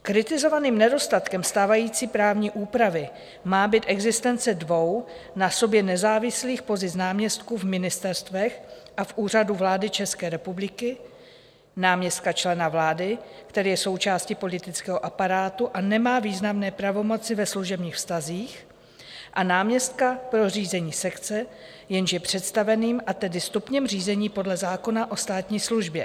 Kritizovaným nedostatkem stávající právní úpravy má být existence dvou na sobě nezávislých pozic náměstků v ministerstvech a Úřadu vlády České republiky náměstka člena vlády, který je součástí politického aparátu a nemá významné pravomoci ve služebních vztazích, a náměstka pro řízení sekce, jenž je představeným, a tedy stupněm řízení podle zákona o státní službě.